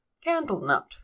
candle-nut